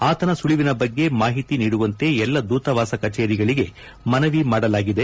ಆತನ ಸುಳಿವಿನ ಬಗ್ಗೆ ಮಾಹಿತಿ ನೀಡುವಂತೆ ಎಲ್ಲ ದೂತವಾಸ ಕಚೇರಿಗಳಿಗೆ ಮನವಿ ಮಾಡಲಾಗಿದೆ